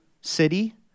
city